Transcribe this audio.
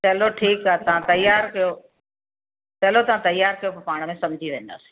चलो ठीकु आहे तव्हां तयार कयो चलो तव्हा तयार कियो पोइ पाण में समुझी वेंदासीं